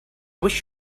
wish